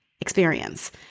experience